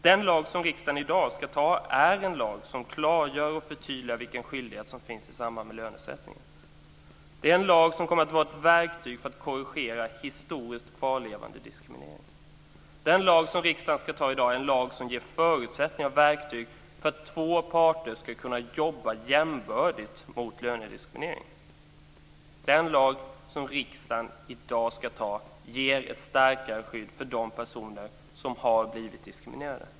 Den lag som riksdagen i dag ska anta är en lag som klargör och förtydligar vilken skyldighet som finns i samband med lönesättningen. Denna lag kommer att vara ett verktyg för att korrigera historiskt kvarlevande diskriminering. Den lag som riksdagen ska anta i dag är en lag som ger förutsättningar och verktyg för att två parter ska kunna jobba jämbördigt mot lönediskriminering. Den lag som riksdagen i dag ska anta ger ett starkare skydd för de personer som har blivit diskriminerade.